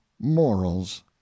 morals